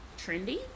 trendy